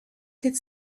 could